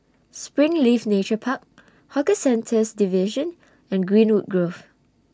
Springleaf Nature Park Hawker Centres Division and Greenwood Grove